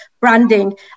branding